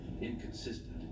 inconsistent